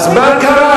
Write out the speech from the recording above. אז מה קרה?